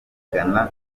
ghana